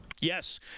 Yes